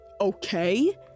okay